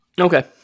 Okay